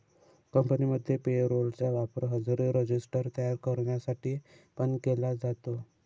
कंपनीमध्ये payroll चा वापर हजेरी रजिस्टर तयार करण्यासाठी पण केला जातो